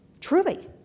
truly